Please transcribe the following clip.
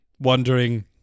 wondering